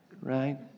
right